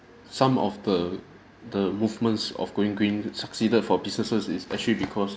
some of the the movements of going green succeeded for businesses is actually because